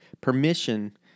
Permission